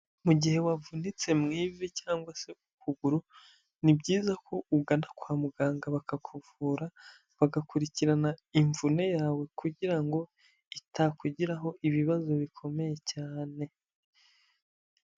Mu gihe wavunitse mu ivi cyangwa se ukuguru, ni byiza ko ugana kwa muganga bakakuvura, bagakurikirana imvune yawe kugira ngo itakugiraho ibibazo bikomeye cyane.